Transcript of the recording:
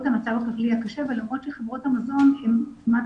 המצב הכלכלי הקשה ולמרות שחברות המזון הן כמעט